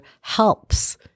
helps